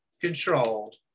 Controlled